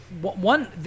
one